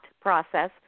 process